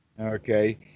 Okay